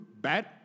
bad